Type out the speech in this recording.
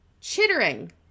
Chittering